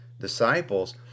disciples